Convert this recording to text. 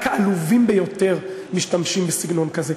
רק העלובים ביותר משתמשים בסגנון כזה,